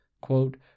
quote